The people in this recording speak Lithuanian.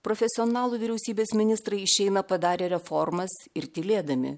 profesionalų vyriausybės ministrai išeina padarę reformas ir tylėdami